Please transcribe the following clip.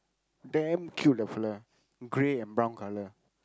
damn cute the fellow grey and brown color